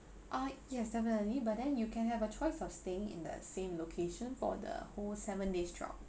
ah yes definitely but then you can have a choice of staying in the same location for the whole seven days drop